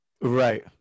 Right